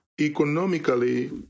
Economically